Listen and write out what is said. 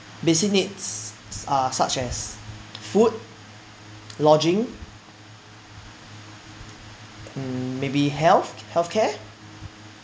basic needs uh such as food lodging mm maybe health health care